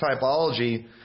typology